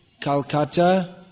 Calcutta